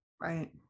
Right